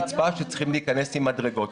רצפה שצריכים להיכנס אליהם עם מדרגות.